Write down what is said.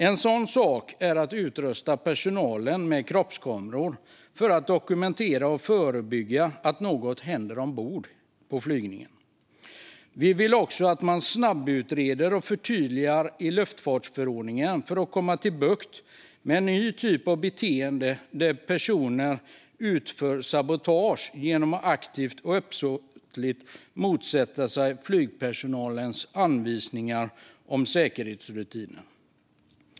En sådan sak är att utrusta personalen med kroppskameror i syfte att dokumentera och förebygga att något händer ombord på flygningen. Vi vill också att man snabbutreder och förtydligar luftfartsförordningen för att få bukt med en ny typ av beteende där personer utför sabotage genom att aktivt och uppsåtligt motsätta sig flygpersonalens anvisningar om säkerhetsrutiner.